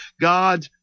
God